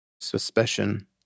suspicion